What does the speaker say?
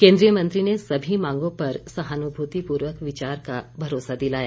केन्द्रीय मंत्री ने सभी मांगों पर सहानुभूतिपूर्वक विचार का भरोसा दिलाया